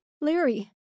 Larry